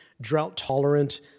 drought-tolerant